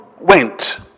went